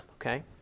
okay